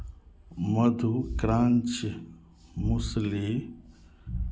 मधु crunch मूसली